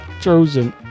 chosen